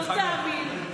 לא תאמין.